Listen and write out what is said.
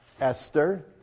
Esther